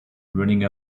running